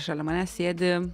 šalia manęs sėdi